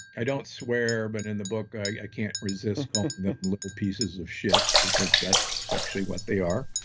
i don't swear, but in the book i can't resist calling them little pieces of shit because that's actually what they are.